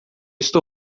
estou